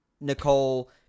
Nicole